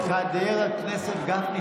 חברת הכנסת רגב,